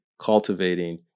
cultivating